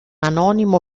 anonimo